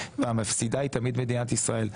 והמפסידה היא תמיד מדינת ישראל.